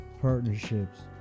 partnerships